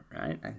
right